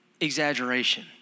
exaggeration